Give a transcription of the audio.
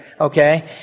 okay